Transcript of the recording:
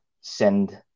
send